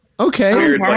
Okay